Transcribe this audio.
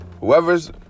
Whoever's